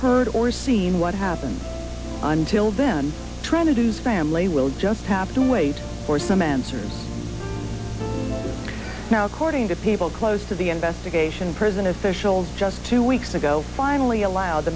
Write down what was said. heard or seen what happened until then trying to do family will just have to wait for some answers now according to people close to the investigation prison officials just two weeks ago finally allowed the